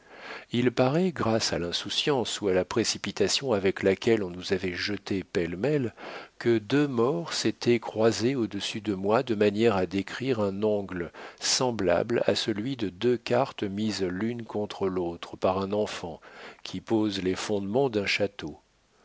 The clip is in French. il paraît grâce à l'insouciance ou à la précipitation avec laquelle on nous avait jetés pêle-mêle que deux morts s'étaient croisés au-dessus de moi de manière à décrire un angle semblable à celui de deux cartes mises l'une contre l'autre par un enfant qui pose les fondements d'un château